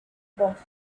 dos